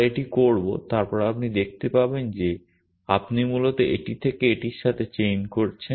আমরা এটি দেখব তারপর আপনি দেখতে পাবেন যে আপনি মূলত এটি থেকে এটির সাথে চেইন করছেন